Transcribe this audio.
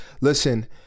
Listen